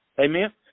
Amen